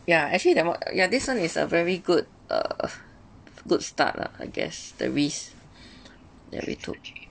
ya actually that one ya this one is a very good uh good start lah I guess the risk that we took